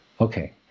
Okay